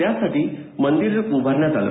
त्यासाठी मंदिर उभारण्यात आलं